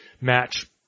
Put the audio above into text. match